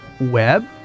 web